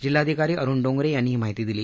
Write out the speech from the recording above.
जिल्हाधिकारी अरूण डोंगरे यांनी ही माहिती दिली